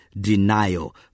denial